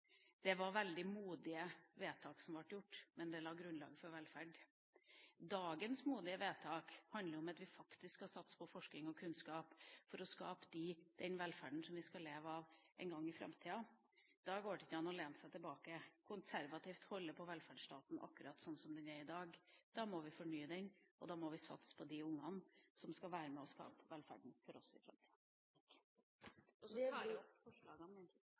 Det var veldig modige vedtak som ble gjort, men det la grunnlaget for velferd. Dagens modige vedtak handler om at vi faktisk skal satse på forsking og kunnskap for å skape den velferden som vi skal leve av en gang i framtida. Da går det ikke an å lene seg tilbake og konservativt holde på velferdsstaten akkurat som den er i dag. Da må vi fornye den, og da må vi satse på de ungene som skal være med oss på velferden i framtida. Så tar jeg opp de forslagene